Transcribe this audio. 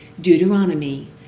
Deuteronomy